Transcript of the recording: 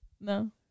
No